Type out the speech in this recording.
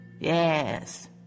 Yes